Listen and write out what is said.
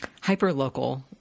hyper-local